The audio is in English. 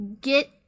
get